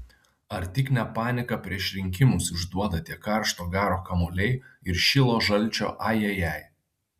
ar tik ne paniką prieš rinkimus išduoda tie karšto garo kamuoliai ir šilo žalčio ajajai